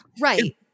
right